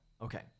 Okay